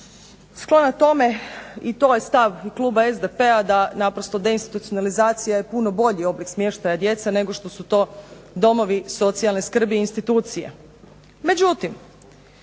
sklona tome i to je stav kluba SDP-a da naprosto deinstitucionalizacija je puno bolji oblik smještaja djece nego što su to domovi socijalne skrbi i institucije.